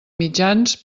mitjans